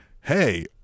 hey